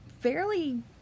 fairly